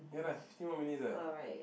ya lah fifteen more minutes [what]